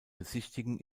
besichtigen